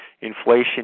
inflation